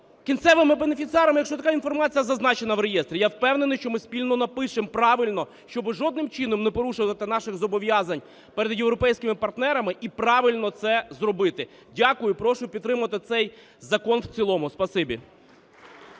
кінцевими бенефіціарами, якщо така інформація зазначена в реєстрі. Я впевнений, що ми спільно напишемо правильно, щоб жодним чином не порушувати наших зобов'язань перед європейськими партнерами. І правильно це зробити. Дякую. Прошу підтримати цей закон в цілому. Спасибі.